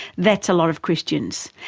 that's a lot of christians,